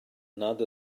nad